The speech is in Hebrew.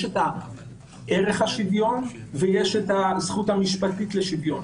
יש את ערך השוויון, ויש את הזכות המשפטית לשוויון.